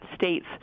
states